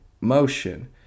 motion